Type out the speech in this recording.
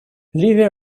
ливия